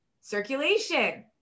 circulation